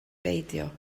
beidio